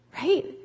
right